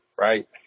right